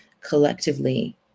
collectively